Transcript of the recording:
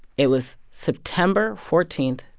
it was september fourteen,